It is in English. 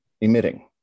emitting